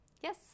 Yes